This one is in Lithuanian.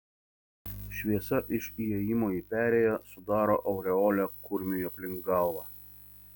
šviesa iš įėjimo į perėją sudaro aureolę kurmiui aplink galvą